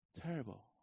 Terrible